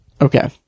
Okay